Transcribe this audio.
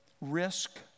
risk